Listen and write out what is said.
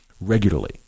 regularly